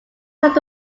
taught